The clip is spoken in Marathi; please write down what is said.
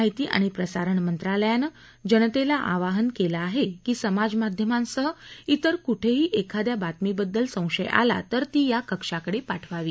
माहिती आणि प्रसारण मंत्रालयानं जनतेला आवाहन केलं आहे की समाजमाध्यमांसह तिर कुठेही एखाद्या बातमीबद्दल संशय आला तर ती या कक्षाकडे पाठवावी